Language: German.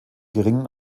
geringen